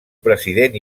president